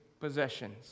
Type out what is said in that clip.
possessions